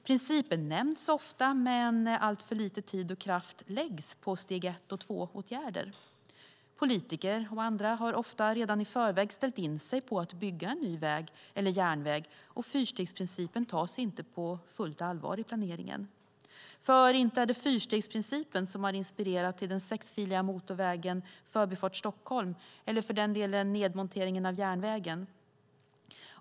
Principen nämns ofta, men alltför lite tid och kraft läggs på steg 1 och steg 2-åtgärder. Politiker och andra har ofta redan i förväg ställt in sig på att bygga en ny väg eller järnväg, och fyrstegsprincipen tas inte på fullt allvar i planeringen. För inte är det fyrstegsprincipen som har inspirerat till den sexfiliga motorvägen Förbifart Stockholm eller för den delen nedmonteringen av järnvägen.